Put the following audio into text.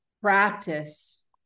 Practice